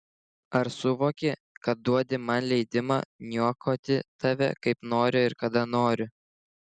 ar suvoki kad duodi man leidimą niokoti tave kaip noriu ir kada noriu